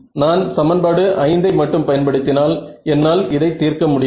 நான் சமன்பாடு 5 ஐ மட்டும் பயன்படுத்தினால் என்னால் இதை தீர்க்க முடியாது